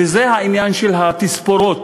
וזה העניין של התספורות.